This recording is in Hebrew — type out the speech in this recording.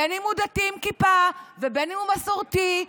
בין שהוא דתי עם כיפה ובין שהוא מסורתי,